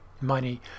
Money